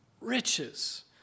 Riches